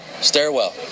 stairwell